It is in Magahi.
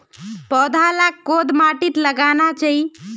पौधा लाक कोद माटित लगाना चही?